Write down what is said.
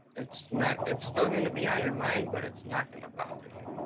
it's not it's still gonna be on your mind, but it's not gonna bother you.